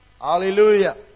Hallelujah